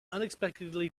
unexpectedly